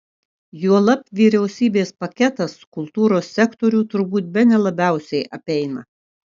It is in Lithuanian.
juolab vyriausybės paketas kultūros sektorių turbūt bene labiausiai apeina